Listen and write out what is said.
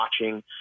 watching